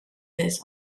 this